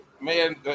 Man